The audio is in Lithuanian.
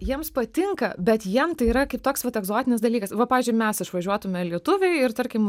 jiems patinka bet jiem tai yra kaip toks vat egzotinis dalykas va pavyzdžiui mes išvažiuotume lietuviai ir tarkim